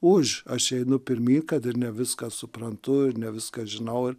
už aš einu pirmyn kad ir ne viską suprantu ir ne viską žinau ir